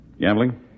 Gambling